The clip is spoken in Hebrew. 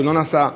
ולא נסע,